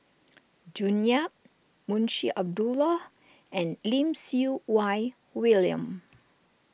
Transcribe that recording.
June Yap Munshi Abdullah and Lim Siew Wai William